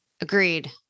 agreed